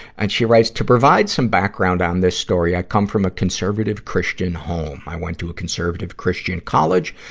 and she writes, to provide some background on this story, i come from a conservative, christian home. i went to a conservative, christian college.